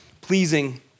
pleasing